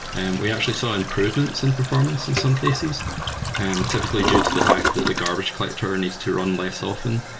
and we actually saw improvements in performance in some cases and typically due to the fact that the garbage collector needs to run less often.